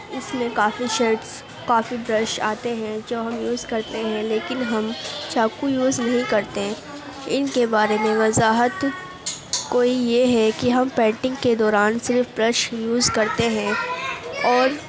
اس میں کافی شیڈس کافی برش آتے ہیں جو ہم یوز کرتے ہیں لیکن ہم سب کو یوز نہیں کرتے ان کے بارے میں وضاحت کوئی یہ ہے کہ ہم پینٹنگ کے دوران صرف برش یوز کرتے ہیں اور